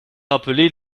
rappeler